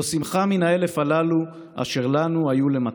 / לא שמחה מן האלף הללו, / אשר לנו היו למתת.